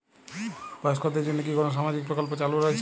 বয়স্কদের জন্য কি কোন সামাজিক প্রকল্প চালু রয়েছে?